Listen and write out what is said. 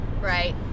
Right